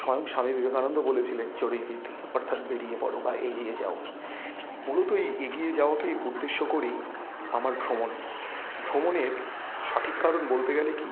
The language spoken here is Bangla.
স্বয়ং স্বামী বিবেকানন্দ বলেছিলেন চরৈবেতি অর্থাৎ বেরিয়ে পড়ো বা এগিয়ে যাও মূলত এই এগিয়ে যাওয়াকে উদ্দেশ্য করেই আমার ভ্রমণ ভ্রমণের সঠিক কারণ বলতে গেলে কী